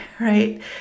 right